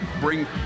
bring